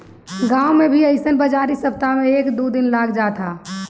गांव में भी अइसन बाजारी सप्ताह में एक दू दिन लाग जात ह